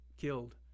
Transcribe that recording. killed